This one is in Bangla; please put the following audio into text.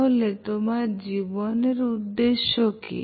তাহলে তোমার জীবনের উদ্দেশ্য কি